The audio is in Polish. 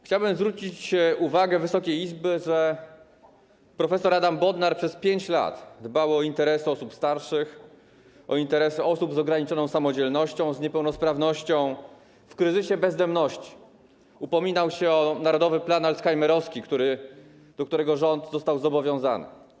Chciałbym zwrócić uwagę Wysokiej Izby, że prof. Adam Bodnar przez 5 lat dbał o interesy osób starszych, o interesy osób z ograniczoną samodzielnością, z niepełnosprawnością, w kryzysie bezdomności, upominał się o narodowy plan alzheimerowski, do którego stworzenia rząd został zobowiązany.